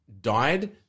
died